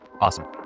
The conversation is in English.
Awesome